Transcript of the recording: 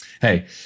hey